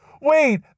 Wait